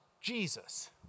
Jesus